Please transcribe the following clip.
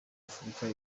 afurika